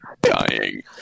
dying